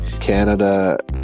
Canada